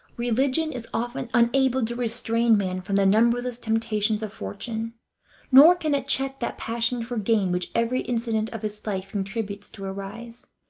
religion is often unable to restrain man from the numberless temptations of fortune nor can it check that passion for gain which every incident of his life contributes to arouse,